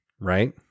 right